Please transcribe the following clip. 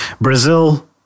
Brazil